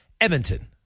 Edmonton